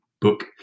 book